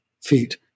feet